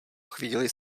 chvíli